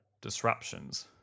disruptions